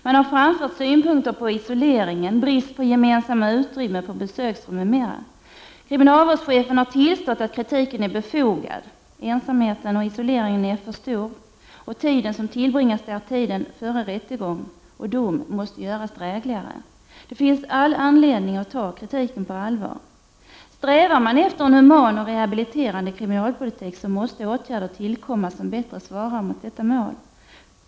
Man har framfört synpunkter på isoleringen, brist på gemensamma utrymmen och besöksrum m.m. Kriminalvårdschefen har tillstått att kritiken är befogad. Ensamheten och isoleringen är för stor, och tiden som tillbringas där före rättegång och dom måste göras drägligare. Det finns all anledning att ta kritiken på allvar. Strävar man efter en human och rehabiliterande kriminalpolitik, måste åtgärder tillkomma som bättre svarar mot detta mål.